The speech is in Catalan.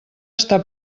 està